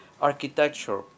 architecture